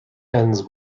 ends